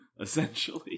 essentially